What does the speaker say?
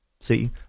See